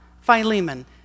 Philemon